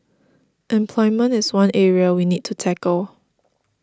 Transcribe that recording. employment is one area we need to tackle